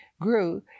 grew